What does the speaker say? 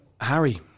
Harry